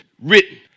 written